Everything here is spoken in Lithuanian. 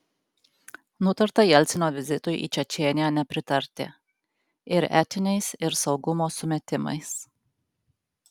nutarta jelcino vizitui į čečėniją nepritarti ir etiniais ir saugumo sumetimais